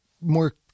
more